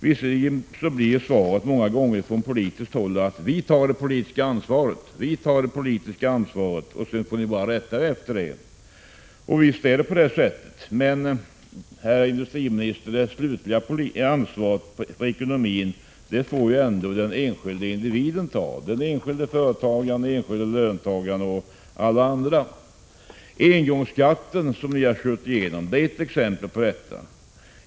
Visserligen blir svaret från politiskt håll många gånger att man tar det politiska ansvaret och att människorna sedan får rätta sig efter det. Och visst är det på det sättet. Men, herr industriminister, det slutliga ansvaret för ekonomin får ju den enskilda individen ta — den enskilde företagaren, löntagaren och alla andra. Engångsskatten som ni har drivit igenom är ett exempel på detta.